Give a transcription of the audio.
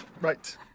Right